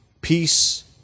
Peace